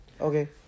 Okay